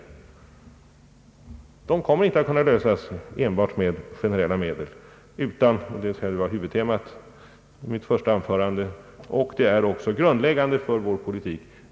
Dessa uppgifter kommer inte att kunna lösas enbart genom generella medel; det var huvudtemat i mitt första anförande, och det är också grundläggande för vår politik.